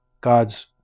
God's